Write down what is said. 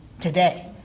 today